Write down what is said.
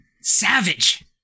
Savage